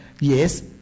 yes